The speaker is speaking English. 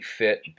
fit